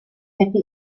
hätte